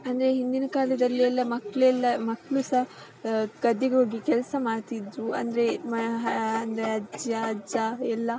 ಅಂದರೆ ಹಿಂದಿನ ಕಾಲದಲ್ಲೆಲ್ಲ ಮಕ್ಕಳೆಲ್ಲ ಮಕ್ಕಳು ಸಹ ಗದ್ದೆಗೋಗಿ ಕೆಲಸ ಮಾಡ್ತಿದ್ದರು ಅಂದರೆ ಮಾ ಅಂದರೆ ಅಜ್ಜ ಅಜ್ಜ ಎಲ್ಲ